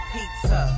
Pizza